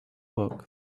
awoke